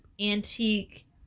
antique